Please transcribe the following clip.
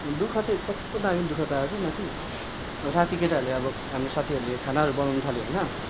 दु ख चाहिँ कस्तो दामी दु ख पाएछ माथि राती केटाहरूले हाम्रो साथीहरूले खानाहरू बनाउनु थाल्यो होइन